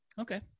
Okay